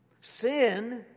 Sin